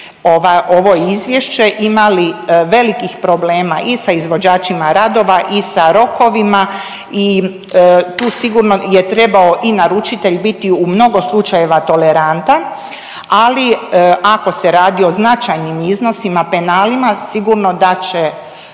ovo izvješće imali velikih problema i sa izvođačima radova i sa rokovima i tu sigurno je trebao i naručitelj biti u mnogo slučajeva tolerantan, ali ako se radi o značajnim iznosima, penalima, sigurno da će